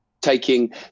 taking